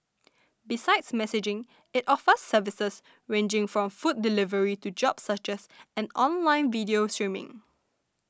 besides messaging it offers services ranging from food delivery to job searches and online video streaming